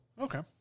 Okay